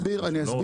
אני אסביר.